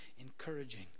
encouraging